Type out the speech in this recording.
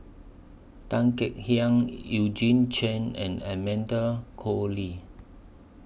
Tan Kek Hiang Eugene Chen and Amanda Koe Lee